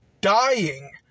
dying